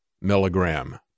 milligram